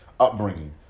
upbringing